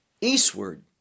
eastward